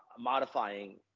modifying